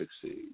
succeed